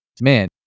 Man